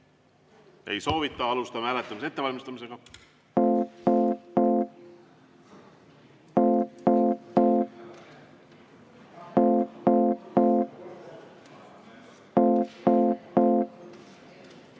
Ei soovita. Alustame hääletamise ettevalmistamist. Head